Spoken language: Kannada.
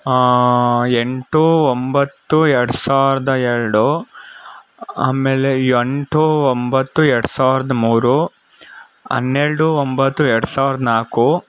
ಎಂಟು ಒಂಬತ್ತು ಎರಡು ಸಾವಿರ್ದ ಎರಡು ಆಮೇಲೆ ಎಂಟು ಒಂಬತ್ತು ಎರಡು ಸಾವಿರ್ದ ಮೂರು ಹನ್ನೆರಡು ಒಂಬತ್ತು ಎರಡು ಸಾವಿರ್ದ ನಾಲ್ಕು